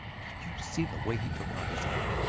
did you see the way he took off his hat?